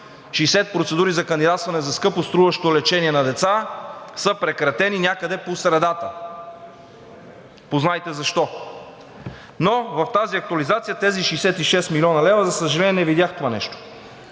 60 процедури за кандидатстване за скъпоструващо лечение на деца са прекратени някъде по средата. Познайте защо?! В тази актуализация в тези 66 млн. лв., за съжаление, не видях това нещо.